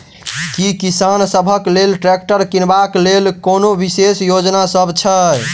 की किसान सबहक लेल ट्रैक्टर किनबाक लेल कोनो विशेष योजना सब छै?